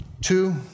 Two